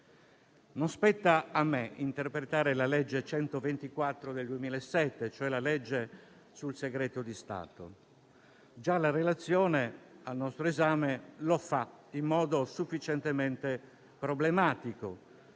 Non spetta a me interpretare la legge n. 124 del 2007, cioè la legge sul segreto di Stato. Già la relazione al nostro esame lo fa in modo sufficientemente problematico